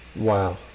Wow